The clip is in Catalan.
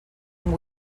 amb